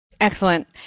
Excellent